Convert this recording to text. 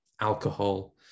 alcohol